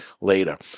later